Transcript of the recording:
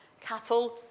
Cattle